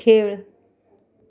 खेळ